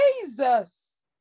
Jesus